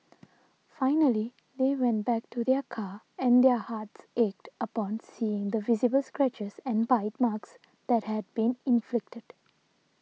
finally they went back to their car and their hearts ached upon seeing the visible scratches and bite marks that had been inflicted